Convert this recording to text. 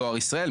דואר ישראל,